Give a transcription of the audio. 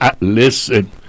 Listen